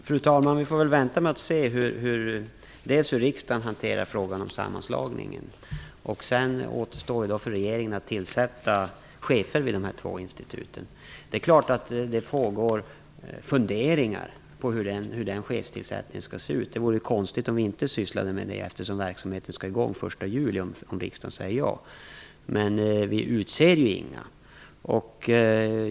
Fru talman! Vi får väl vänta och se hur riksdagen hanterar frågan om sammanslagningen. Sedan återstår för regeringen att tillsätta chefer vid dessa två institut. Det är klart att det finns funderingar kring hur chefstillsättningen skall se ut. Det vore konstigt om vi inte sysslade med det, eftersom verksamheten skall gå i gång den 1 juli om riksdagen säger ja. Men vi utser inga chefer.